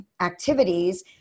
activities